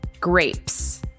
grapes